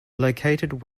located